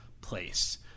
place